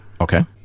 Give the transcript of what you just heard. Okay